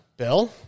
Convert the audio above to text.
Bill